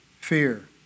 fear